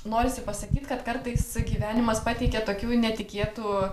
norisi pasakyt kad kartais gyvenimas pateikia tokių netikėtų